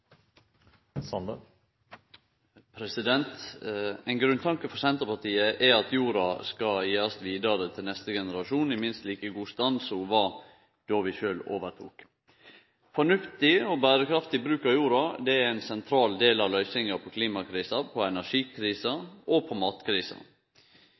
generasjon i minst like god stand som ho var, då vi sjølv tok over. Fornuftig og berekraftig bruk av jorda er ein sentral del av løysinga på klimakrisa, på